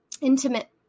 intimate